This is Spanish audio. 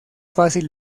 fácil